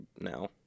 now